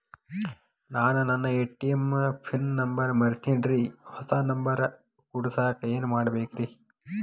ನಾನು ನನ್ನ ATM pin number ಮರ್ತೇನ್ರಿ, ಹೊಸಾ ನಂಬರ್ ಕುಡಸಾಕ್ ಏನ್ ಮಾಡ್ಬೇಕ್ರಿ?